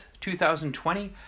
2020